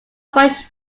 bush